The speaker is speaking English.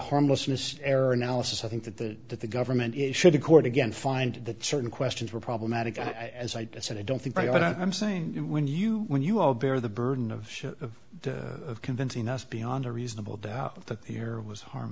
harmlessness error analysis i think that the that the government should to court again find that certain questions were problematic that as i said i don't think i'm saying when you when you all bear the burden of convincing us beyond a reasonable doubt that here was harm